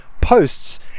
posts